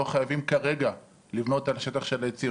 לא חייבים כרגע לבנות על השטח של העצים.